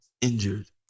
Injured